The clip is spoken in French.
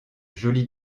joli